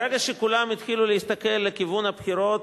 ברגע שכולם התחילו להסתכל לכיוון הבחירות,